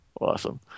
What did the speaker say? Awesome